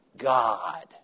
God